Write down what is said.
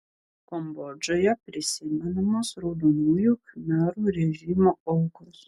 kambodžoje prisimenamos raudonųjų khmerų režimo aukos